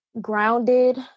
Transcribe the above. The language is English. grounded